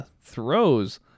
Throws